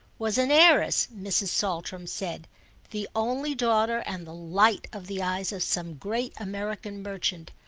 was an heiress, mrs. saltram said the only daughter and the light of the eyes of some great american merchant,